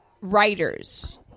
writers